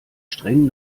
streng